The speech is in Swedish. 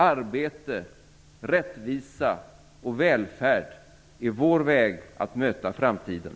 Arbete, rättvisa och välfärd är vår väg att möta framtiden.